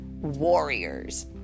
warriors